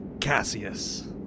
Cassius